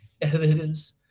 evidence